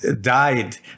died